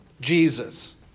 Jesus